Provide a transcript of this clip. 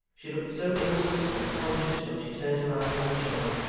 she looked so innocent and unconscious when she turned her eyes on joe,